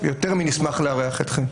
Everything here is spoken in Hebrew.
יותר מנשמח לארח אתכם.